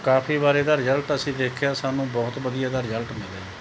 ਕਾਫ਼ੀ ਵਾਰ ਇਹਦਾ ਰਿਜਲਟ ਅਸੀਂ ਦੇਖਿਆ ਸਾਨੂੰ ਬਹੁਤ ਵਧੀਆ ਇਹਦਾ ਰਿਜਲਟ ਮਿਲਿਆ